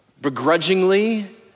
begrudgingly